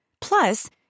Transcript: Plus